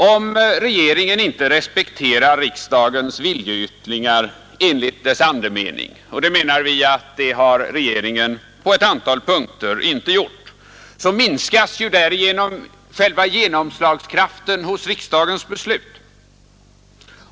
Om regeringen inte respekterar riksdagens viljeyttringar enligt deras andemening — och det menar vi att regeringen på ett antal punkter inte har gjort — så minskas därigenom själva genomslagskraften hos riksdagens beslut.